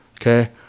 okay